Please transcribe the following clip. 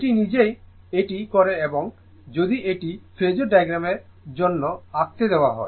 এটি নিজেই এটি করে এবং যদি এটি ফেজোর ডায়াগ্রামের জন্য আঁকতে দেওয়া হয়